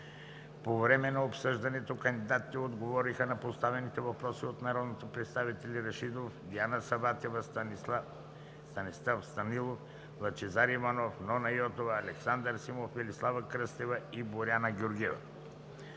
По време на обсъждането кандидатите отговориха на поставени въпроси от народните представители Вежди Рашидов, Диана Саватева, Станислав Станилов, Лъчезар Иванов, Нона Йотова, Александър Симов, Велислава Кръстева и Боряна Георгиева.